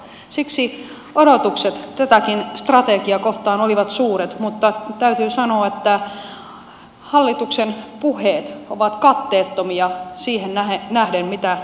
siksi odotukset tätäkin strategiaa kohtaan olivat suuret mutta täytyy sanoa että hallituksen puheet ovat katteettomia siihen nähden mitä teot ovat